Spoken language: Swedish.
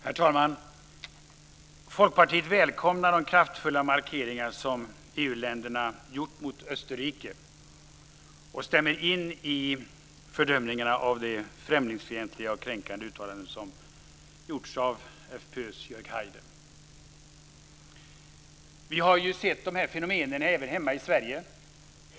Herr talman! Folkpartiet välkomnar de kraftfulla markeringar som EU-länderna gjort mot Österrike och stämmer in i fördömandena av de främlingsfientliga och kränkande uttalanden som gjort av FPÖ:s Jörg Haider. Vi har sett de fenomenen även hemma i Sverige.